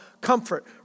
comfort